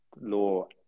law